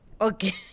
Okay